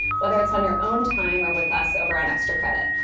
whether it's on your own time or with us over on extra credit.